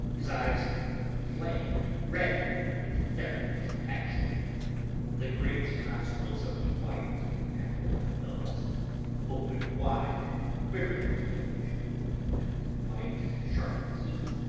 his eyes flamed red with devilish passion the great nostrils of the white aquiline nose opened wide and quivered at the edge and the white sharp teeth,